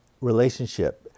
relationship